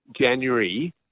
January